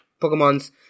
Pokemon's